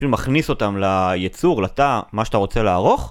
אפילו מכניס אותם ליצור, לתא, מה שאתה רוצה לערוך